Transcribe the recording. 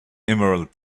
emerald